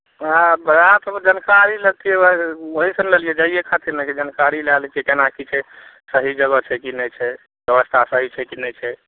उएह उएहसभ जानकारी लैतियै ओहीसँ ने लेलियै जाइए खातिर ने कि जानकारी लए लै छियै केना की छै सही जगह छै कि नहि छै व्यवस्था सही छै कि नहि छै